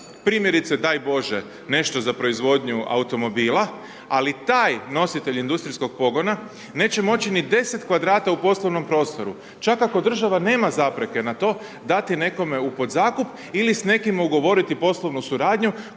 primjerice, daj Bože, nešto za proizvodnju automobila, ali taj nositelj industrijskog pogona neće moći ni 10 m2 u poslovnom prostoru, čak ako država nema zapreke na to dati nekome u podzakup ili s nekima ugovoriti poslovnu suradnju